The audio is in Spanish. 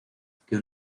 que